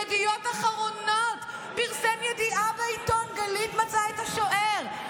ידיעות אחרונות פרסמו ידיעה בעיתון: גלית מצאה את השוער,